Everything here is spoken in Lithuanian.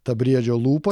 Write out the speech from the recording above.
ta briedžio lūpa